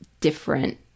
different